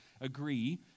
agree